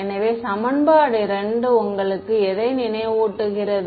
எனவே சமன்பாடு 2 உங்களுக்கு எதை நினைவூட்டுகிறது